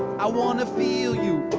i wanna feel you,